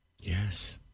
Yes